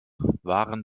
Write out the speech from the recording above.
waren